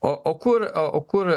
o o kur a o kur